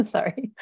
Sorry